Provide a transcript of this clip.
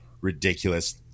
ridiculous